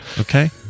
Okay